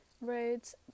roads